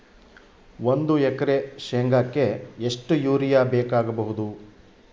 ಒಂದು ಎಕರೆ ಶೆಂಗಕ್ಕೆ ಎಷ್ಟು ಯೂರಿಯಾ ಬೇಕಾಗಬಹುದು?